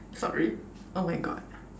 sorry oh my God